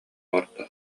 олордо